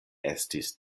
estis